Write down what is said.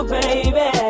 baby